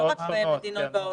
לא רק בין מדינות בעולם.